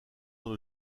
dans